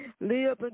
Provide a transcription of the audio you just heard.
Leah